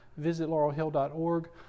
visitlaurelhill.org